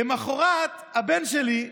למוחרת הבן שלי,